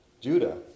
Judah